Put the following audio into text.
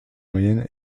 moyenne